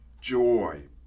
joy